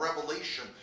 Revelation